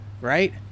right